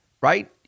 Right